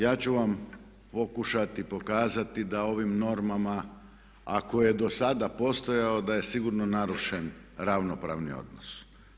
Ja ću vam pokušati pokazati da ovim normama ako je do sada postojao da je sigurno narušen ravnopravni odnos.